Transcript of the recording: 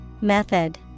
Method